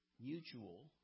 mutual